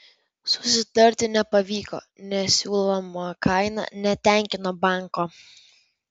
susitarti nepavyko nes siūloma kaina netenkino banko